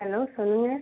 hello சொல்லுங்கள்